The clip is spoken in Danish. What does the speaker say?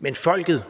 men folket